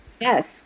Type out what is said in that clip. Yes